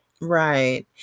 Right